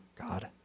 God